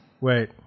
Wait